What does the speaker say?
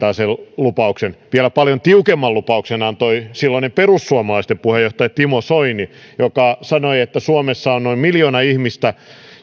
lupauksen vielä paljon tiukemman lupauksen antoi silloinen perussuomalaisten puheenjohtaja timo soini joka sanoi että suomessa on noin miljoona ihmistä